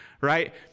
right